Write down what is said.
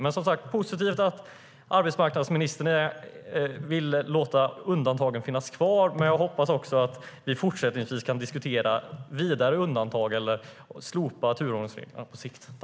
Det är som sagt positivt att arbetsmarknadsministern vill låta undantagen finnas kvar, men jag hoppas att vi fortsättningsvis kan diskutera vidare undantag eller att slopa turordningsreglerna på sikt.